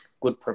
good